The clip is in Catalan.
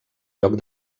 lloc